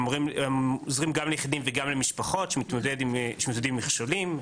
שעוזרים גם ליחידים וגם למשפחות שמתמודדים עם מכשולים,